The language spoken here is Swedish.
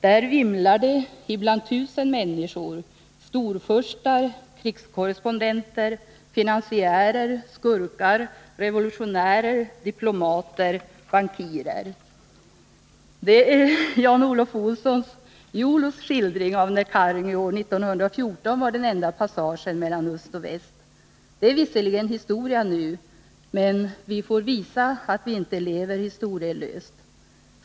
Där vimlar det ibland tusen människor — storfurstar, krigskorrespondenter, finansiärer, skurkar, revolutionärer, diplomater, bankirer.” Det är Jan-Olof Olssons — Jolo — skildring av när Karungi år 1914 var den enda passagen mellan öst och väst. Det är visserligen historia nu. Men vi får visa att vi inte lever historielöst.